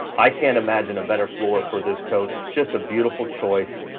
i can't imagine a better floor for this coach. just a beautiful choice.